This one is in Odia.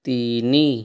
ତିନି